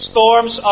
Storms